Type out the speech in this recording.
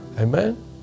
Amen